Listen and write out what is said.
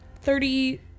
Thirty